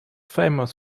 famous